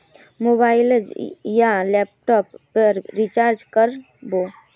Mobile या laptop पेर recharge कर बो?